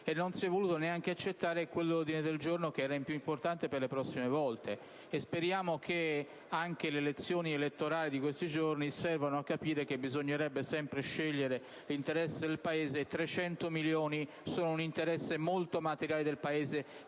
e non si è voluto neanche accettare quell'ordine del giorno che era importante per le consultazioni future. Speriamo che anche le consultazioni elettorali di questi giorni servano a capire che bisognerebbe sempre scegliere l'interesse del Paese, e 300 milioni sono un interesse molto materiale del Paese,